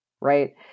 right